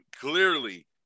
clearly